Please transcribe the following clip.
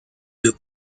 deux